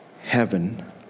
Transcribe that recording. heaven